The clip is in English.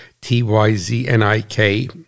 T-Y-Z-N-I-K